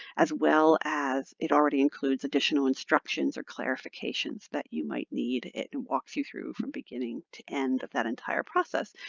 as well as it already includes additional instructions or clarifications that you might need. it and walks you through from beginning to end of that entire process.